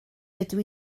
dydw